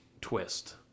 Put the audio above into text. twist